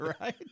Right